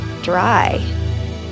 dry